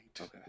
Okay